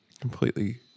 completely